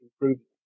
improvement